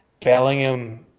Bellingham